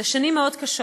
אלה שנים מאוד קשות.